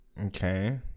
Okay